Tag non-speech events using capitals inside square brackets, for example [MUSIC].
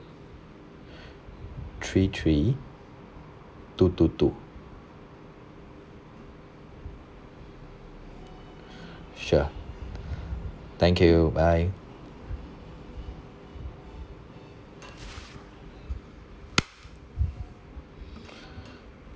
[BREATH] three three two two two [BREATH] sure [BREATH] thank you bye [BREATH]